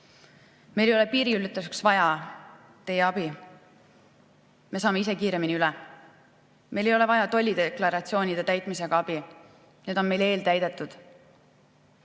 Meil ei ole piiriületuseks vaja teie abi, me saame ise kiiremini üle. Meil ei ole vaja tollideklaratsioonide täitmisel abi, need on meil eeltäidetud.